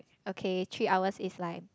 okay three hours is like